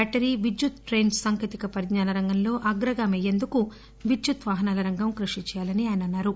battery విద్యుత్ train సాంకేతిక పరిజ్ఞాన రంగంలో అగ్రగామి అయ్యేందుకు విద్యుత్ వాహనాల రంగం కృషి చేయాలని ఆయన అన్నారు